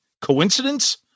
coincidence